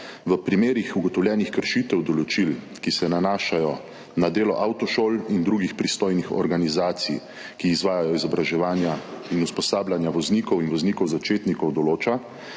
v primerih ugotovljenih kršitev določil, ki se nanašajo na delo avtošol in drugih pristojnih organizacij, ki izvajajo izobraževanja in usposabljanja voznikov in voznikov začetnikov, določa,